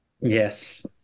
Yes